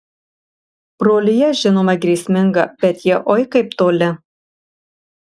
brolija žinoma grėsminga bet jie oi kaip toli